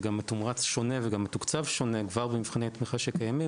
זה גם מתומרץ שונה ומתוקצב שונה כבר במבחני התמיכה שקיימים,